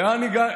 לאן הגענו?